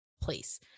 place